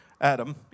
Adam